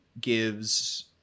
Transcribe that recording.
gives